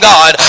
God